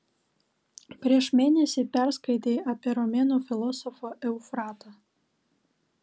prieš mėnesį perskaitei apie romėnų filosofą eufratą